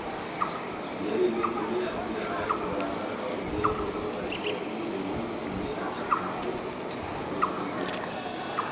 मेरे मित्र ने अपने आय को बढ़ाकर और व्यय को कम करके अपनी सेविंग्स में अच्छा खासी बढ़ोत्तरी की